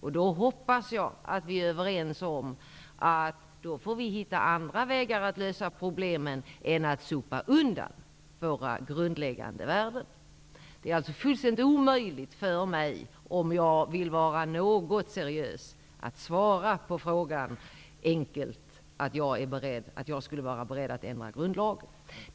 Jag hoppas att vi i så fall är överens om att vi får hitta andra vägar att lösa problemen på, och inte sopa undan våra grundläggande värden. Det är fullständigt omöjligt för mig, om jag vill vara något så när seriös, att enkelt svara på frågan och säga att jag är beredd att ändra grundlagen.